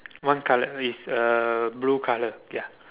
one colour is uh blue colour ya